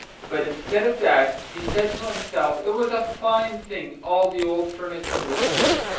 but instead of that, he said to himself it was a fine thing all the old furniture was there.